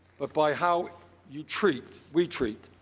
but by how you treat, we treat,